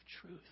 truth